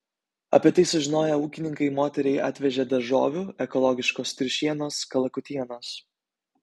apie tai sužinoję ūkininkai moteriai atvežė daržovių ekologiškos triušienos kalakutienos